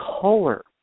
color